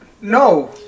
No